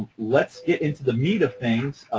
let's get into the meat of things.